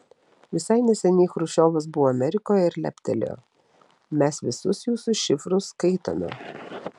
visai neseniai chruščiovas buvo amerikoje ir leptelėjo mes visus jūsų šifrus skaitome